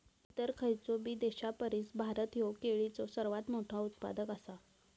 इतर खयचोबी देशापरिस भारत ह्यो केळीचो सर्वात मोठा उत्पादक आसा